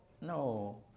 No